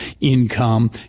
income